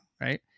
Right